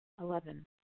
Eleven